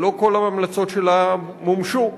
אבל לא כל ההמלצות שלה מומשו.